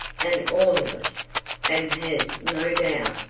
and all of us and has, no doubt,